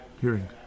Hearing